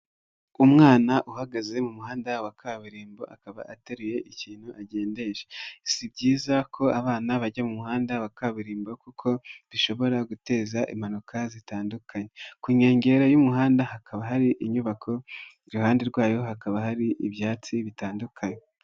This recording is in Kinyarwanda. Umwana uhagaze mu muhanda wa kaburimbo akaba ateruye ikintu agendesha, si byiza ko abana bajya mu muhanda wa kaburimbo kuko bishobora guteza impanuka zitandukanye, ku nkengero y'umuhanda hakaba hari inyubako, iruhande rwayo hakaba hari ibyatsi bitandukanye.